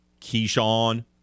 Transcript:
Keyshawn